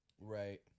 right